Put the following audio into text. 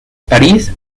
parís